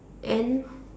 and